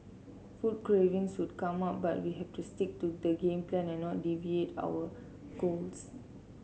food cravings would come up but we have to stick to the game plan and not deviate our goals